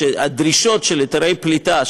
והדרישות של היתרי הפליטה,